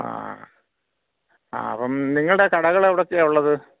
ആ ആ അപ്പം നിങ്ങളുടെ കടകൾ എവിടെയൊക്കെയാ ഉള്ളത്